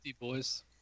boys